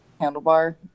handlebar